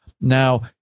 Now